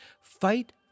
fight